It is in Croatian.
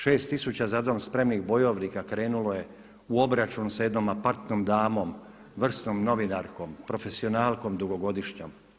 6000 za dom spremnih bojovnika krenulo je u obračun sa jednom apartnom damom, vrsnom novinarkom, profesionalkom dugogodišnjom.